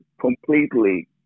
completely